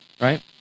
Right